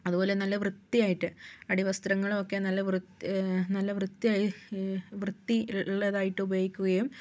അതുപോലെ നല്ല വൃത്തിയായിട്ട് അടിവസ്ത്രങ്ങളൊക്കെ നല്ല വൃത്തിയായി വൃത്തി ഉള്ളതായിട്ട് ഉപയോഗിക്കുകയും